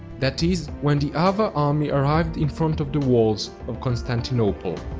that is, when the avar army arrived in front of the walls of constantinople.